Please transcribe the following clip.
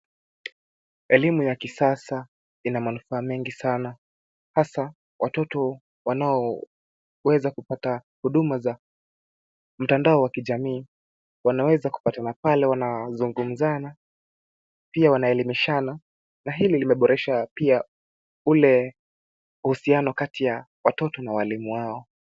Elimu ya kisasa ina manufaa mengi sana hasa watoto wanaoaweza kupata huduma za mtandao wa kijamii wanaweza kupata na pale wanazungumzana pia wanaelimishana na hili limeboresha pia ule uhusiano kati ya watoto na walimu wao.